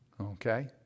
Okay